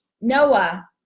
Noah